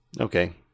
Okay